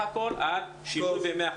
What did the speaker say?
מדובר במערך מאוד מסורבל.